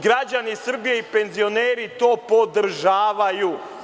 Građani Srbije i penzioneri to podržavaju.